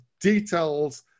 details